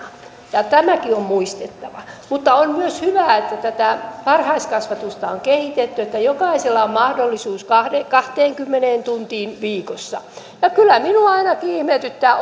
ja tämäkin on muistettava mutta on myös hyvä että tätä varhaiskasvatusta on kehitetty että jokaisella on mahdollisuus kahteenkymmeneen tuntiin viikossa kyllä minua ainakin ihmetyttää